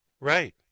right